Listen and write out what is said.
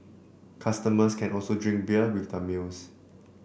customers can also drink beer with their meals